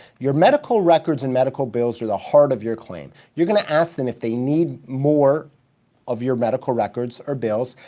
your medical records and medical bills are the heart of your claim. you're gonna ask them if they need more of your medical records or bills,